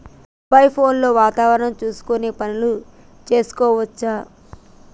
Mobile phone లో వాతావరణం చూసుకొని పనులు చేసుకోవచ్చా?